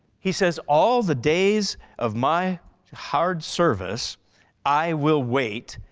he says, all the days of my hard service i will wait,